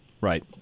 Right